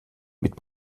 mit